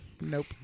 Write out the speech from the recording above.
nope